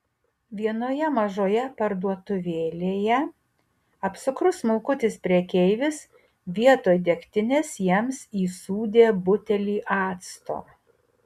vienoje mažoje parduotuvėlėje apsukrus smulkutis prekeivis vietoj degtinės jiems įsūdė butelį acto